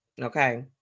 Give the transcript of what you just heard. Okay